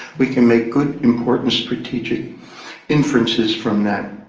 we can make good, important, strategic inferences from that.